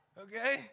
Okay